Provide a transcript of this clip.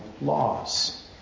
laws